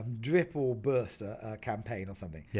drip or burst a campaign or something, yeah